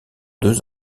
deux